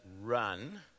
run